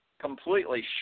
completely